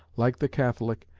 like the catholic,